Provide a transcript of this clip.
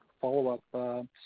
follow-up